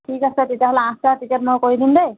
ঠিক আছে তেতিয়াহ'লে আঠটা টিকেট মই কৰি দিম দেই